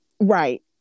right